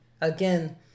again